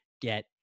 get